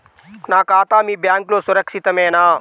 నా ఖాతా మీ బ్యాంక్లో సురక్షితమేనా?